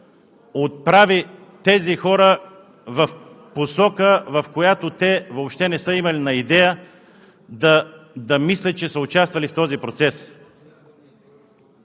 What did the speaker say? отправи тези хора в посока, в която те въобще не са имали идея да мислят, че са участвали в този процес.